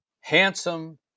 handsome